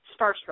starstruck